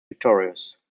victorious